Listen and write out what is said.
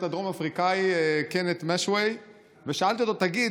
הדרום-אפריקאי קנת' משו ושאלתי אותו: תגיד,